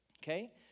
okay